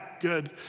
good